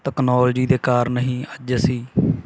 technology ਦੇ ਕਾਰਨ ਹੀ ਅੱਜ ਅਸੀਂ